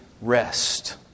Rest